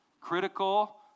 critical